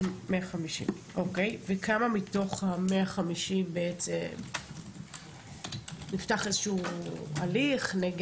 וכמה מתוך ה-150 נפתח איזשהו הליך?